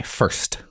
first